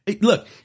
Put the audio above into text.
look